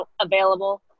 available